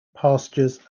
pastures